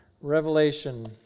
Revelation